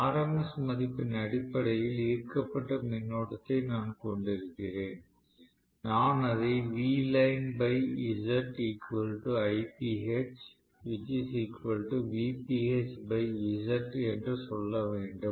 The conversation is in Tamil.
RMS மதிப்பின் அடிப்படையில் ஈர்க்கப்பட்ட மின்னோட்டத்தை நான் கொண்டிருக்கிறேன் நான் அதை என்று சொல்ல வேண்டும்